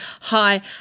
hi